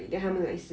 ah